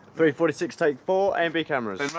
three forty six, take four. a and b cameras.